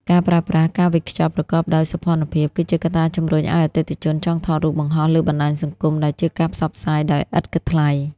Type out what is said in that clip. ការប្រើប្រាស់ "ការវេចខ្ចប់ប្រកបដោយសោភ័ណភាព" គឺជាកត្តាជម្រុញឱ្យអតិថិជនចង់ថតរូបបង្ហោះលើបណ្ដាញសង្គម ដែលជាការផ្សព្វផ្សាយដោយឥតគិតថ្លៃ។